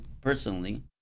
personally